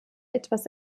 etwas